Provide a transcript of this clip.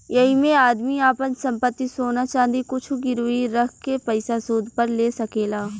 ऐइमे आदमी आपन संपत्ति, सोना चाँदी कुछु गिरवी रख के पइसा सूद पर ले सकेला